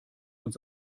uns